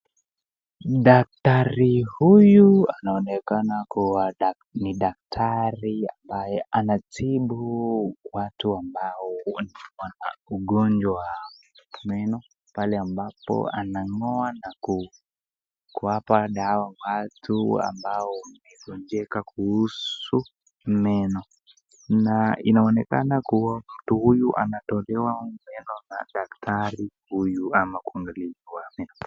Dakitari huyu anaonekana kuwa ni daktari ambaye anatibu watu ambao wanaugonjwa wa meno pale ambapo ang'oa na kuwapa dawa watu ambao wamegonjeka kuhusu meno, na inaonekana kuwa mtu huyu anatolewa meno na dakitari huyu ama uangalifu wa meno.